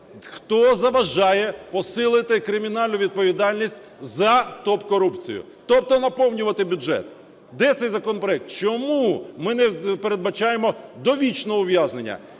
Хто заважає посилити кримінальну відповідальність за топ-корупцію, тобто наповнювати бюджет? Де цей законопроект? Чому ми не передбачаємо довічного ув'язнення?